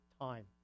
time